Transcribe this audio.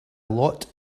lot